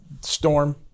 storm